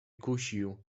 kusił